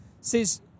says